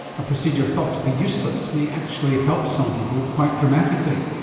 a procedure thought to be useless may actually help some people quite dramatically.